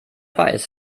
weiß